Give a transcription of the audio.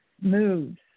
moves